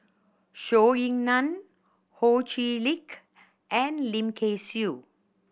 Zhou Ying Nan Ho Chee Lick and Lim Kay Siu